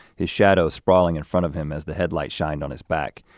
his shadows sprawling in front of him as the headlight shined on his back.